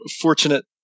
fortunate